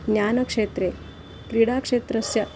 ज्ञानक्षेत्रे क्रीडाक्षेत्रस्य